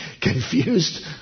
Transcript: confused